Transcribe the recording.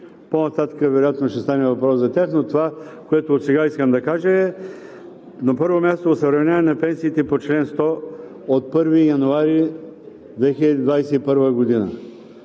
По-нататък вероятно ще стане въпрос за тях, но това, което отсега искам да кажа, е, на първо място, осъвременяване на пенсиите по чл. 100 от 1 януари 2021 г.